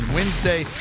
Wednesday